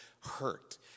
hurt